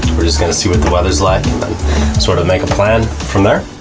we're just going to see what the weather's like and sort of make a plan from there.